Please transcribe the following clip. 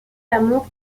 l’amour